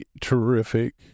terrific